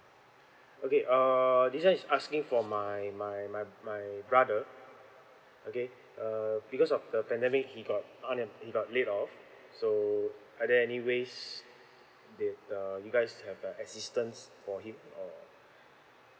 okay err this one is asking for my my my my brother okay uh because of the pandemic he got unemp~ he got laid off so are there any ways that uh you guys have a assistance for him or